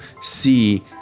see